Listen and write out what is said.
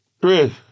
Chris